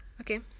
okay